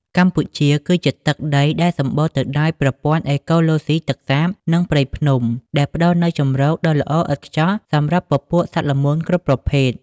កម្ពុជាគឺជាទឹកដីដែលសម្បូរទៅដោយប្រព័ន្ធអេកូឡូស៊ីទឹកសាប និងព្រៃភ្នំ ដែលផ្ដល់នូវជម្រកដ៏ល្អឥតខ្ចោះសម្រាប់ពពួកសត្វល្មូនគ្រប់ប្រភេទ។